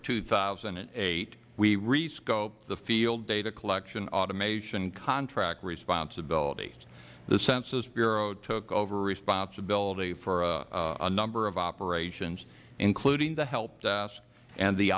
two thousand and eight we re scoped the field data collection automation contract responsibilities the census bureau took over responsibility for a number of operations including the help desk and the